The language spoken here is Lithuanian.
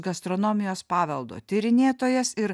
gastronomijos paveldo tyrinėtojas ir